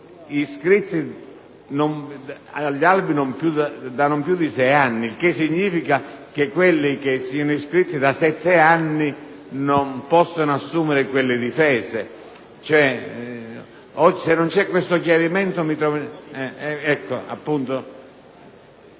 iscritti all'albo da non più di sei anni, il che significa che quelli che sono iscritti da sette anni non possono assumere quelle difese.